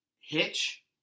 Hitch